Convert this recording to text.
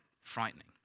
Frightening